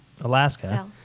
Alaska